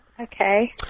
Okay